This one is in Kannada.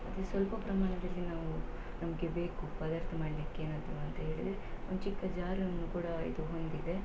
ಮತ್ತೆ ಸ್ವಲ್ಪ ಪ್ರಮಾಣದಲ್ಲಿ ನಾವು ನಮಗೆ ಬೇಕು ಪದಾರ್ಥ ಮಾಡಲಿಕ್ಕೆ ಏನಾದರೂ ಅಂತ ಹೇಳಿದ್ರೆ ಒಂದು ಚಿಕ್ಕ ಜಾರನ್ನು ಕೂಡ ಇದು ಹೊಂದಿದೆ